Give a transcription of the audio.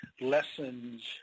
lessons